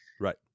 Right